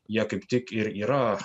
jie kaip tik ir yra